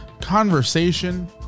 conversation